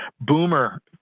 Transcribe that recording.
boomer